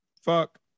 Fuck